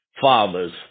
fathers